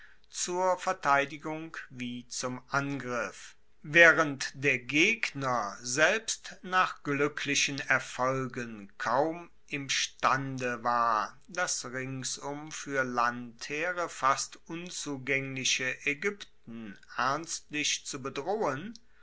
zur verteidigung wie zum angriff waehrend der gegner selbst nach gluecklichen erfolgen kaum imstande war das ringsum fuer landheere fast unzugaengliche aegypten ernstlich zu bedrohen